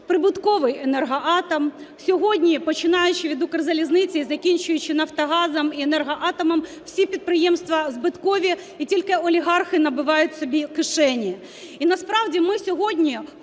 прибутковий Енергоатом. Сьогодні, починаючи від Укрзалізниці і закінчуючи Нафтогазом і Енергоатомом, всі підприємства збиткові і тільки олігархи набивають собі кишені. І насправді ми сьогодні